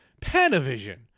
Panavision